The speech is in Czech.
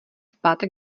pátek